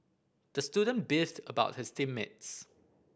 the student beefed about his team mates